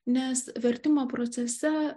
nes vertimo procese